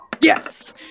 Yes